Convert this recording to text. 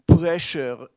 pressure